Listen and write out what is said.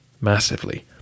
massively